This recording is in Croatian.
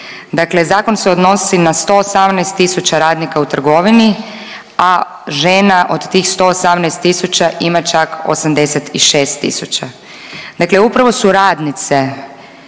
Dakle zakon se odnosi na 118 tisuća radnika u trgovina, a žena od tih 118 tisuća ima čak 86 tisuća. Dakle upravo su radnice